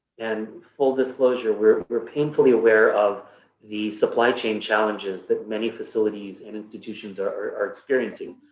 and full disclosure, we're we're painfully aware of the supply chain challenges that many facilities and institutions are are experiencing.